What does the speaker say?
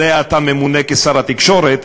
שעליה אתה ממונה כשר התקשורת,